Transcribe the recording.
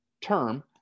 term